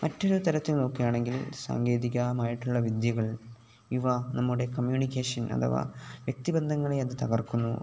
മറ്റൊരു തരത്തിൽ നോക്കുകയാണെങ്കിൽ സാങ്കേതികമായിട്ടുള്ള വിദ്യകൾ യുവ നമ്മുടെ കമ്മ്യൂണിക്കേഷൻ അഥവാ വ്യക്തിബന്ധങ്ങളെ അത് തകർക്കുന്നു